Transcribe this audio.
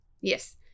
Yes